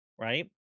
right